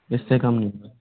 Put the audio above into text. इस से कम नहीं होगा